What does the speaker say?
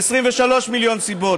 ו-23 מיליון סיבות,